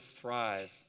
thrive